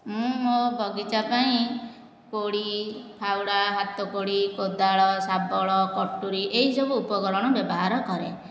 ମୁଁ ମୋ' ବଗିଚା ପାଇଁ କୋଡ଼ି ଫାଉଡ଼ା ହାତ କୋଡ଼ି କୋଦାଳ ଶାବଳ କଟୁରୀ ଏଇସବୁ ଉପକରଣ ବ୍ୟବହାର କରେ